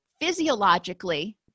physiologically